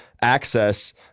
access